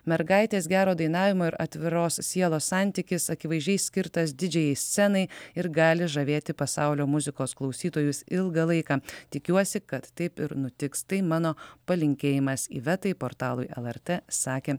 mergaitės gero dainavimo ir atviros sielos santykis akivaizdžiai skirtas didžiajai scenai ir gali žavėti pasaulio muzikos klausytojus ilgą laiką tikiuosi kad taip ir nutiks tai mano palinkėjimas ivetai portalui lrt sakė